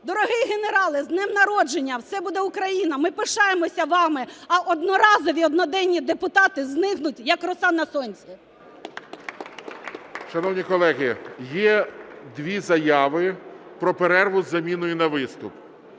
Дорогий генерале, з днем народження! Все буде Україна! Ми пишаємося вами, а одноразові, одноденні депутати зникнуть, як роса на сонці. ГОЛОВУЮЧИЙ. Шановні колеги, є дві заяви про перерву з заміною на виступ.